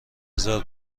هزار